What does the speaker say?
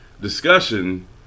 discussion